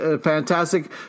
fantastic